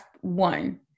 one